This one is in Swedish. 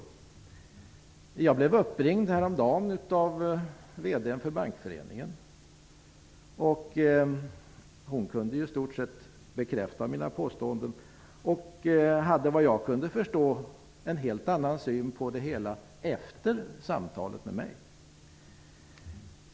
Häromdagen blev jag uppringd av VD:n för Bankföreningen. Hon bekräftade i stort sett mina påståenden och hade, efter vad jag kunde förstå, en helt annan syn på det hela efter samtalet med mig.